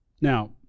Now